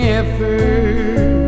effort